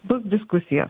bus diskusija